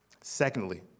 Secondly